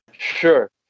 Sure